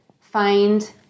find